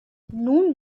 nun